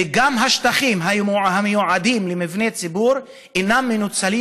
וגם השטחים המיועדים למבני ציבור אינם מנוצלים